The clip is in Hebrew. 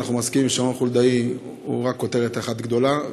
אנחנו מסכימים שרון חולדאי הוא רק כותרת אחת גדולה,